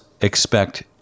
expect